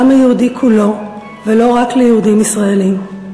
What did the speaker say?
לעם היהודי כולו ולא רק ליהודים ישראלים.